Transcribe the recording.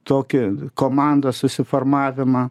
tokį komandos susiformavimą